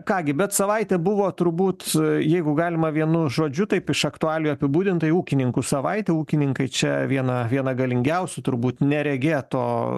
ką gi bet savaitė buvo turbūt jeigu galima vienu žodžiu taip iš aktualijų apibūdint tai ūkininkų savaitė ūkininkai čia vieną vieną galingiausių turbūt neregėto